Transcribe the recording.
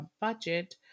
budget